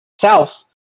south